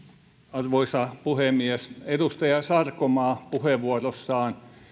arvoisa puhemies edustaja sarkomaa puheenvuorossaan